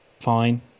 fine